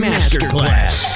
Masterclass